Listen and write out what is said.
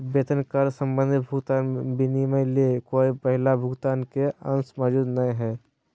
वेतन कार्य संबंधी भुगतान विनिमय ले कोय पहला भुगतान के अंश मौजूद नय हइ